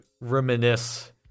reminisce